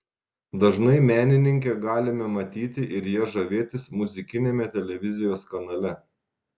dažnai menininkę galime matyti ir ja žavėtis muzikiniame televizijos kanale